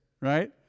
right